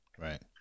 Right